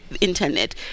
internet